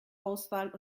auswahl